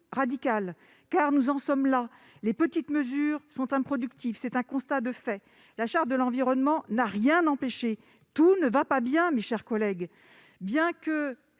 radicales. Nous en sommes là ! Les petites mesures sont improductives, c'est un constat. La Charte de l'environnement n'a rien empêché. Tout ne va pas bien, mes chers collègues ! Bien